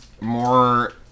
more